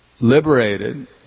liberated